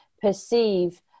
perceive